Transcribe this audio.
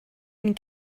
and